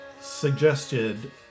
Suggested